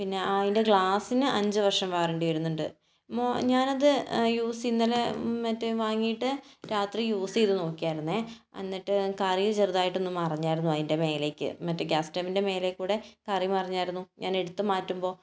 പിന്നെ അതിൻ്റെ ഗ്ലാസിന് അഞ്ച് വർഷം വാറൻറ്റി വരുന്നുണ്ട് മൊ ഞാൻ അത് യൂസ് ഇന്നലെ മറ്റേ വാങ്ങിയിട്ട് രാത്രി യൂസ് ചെയ്തു നോക്കിയായിരുന്നെ എന്നിട്ട് കറി ചെറുതായിട്ട് ഒന്ന് മറിഞ്ഞായിരുന്നു അതിൻ്റെ മേലേക്ക് മറ്റേ ഗ്യാസ് സ്റ്റവിൻ്റെ മേലെ കൂടെ കറി മറിഞ്ഞായിരുന്നു ഞാൻ എടുത്ത് മാറ്റുമ്പോൾ